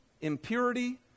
impurity